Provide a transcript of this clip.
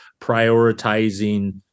prioritizing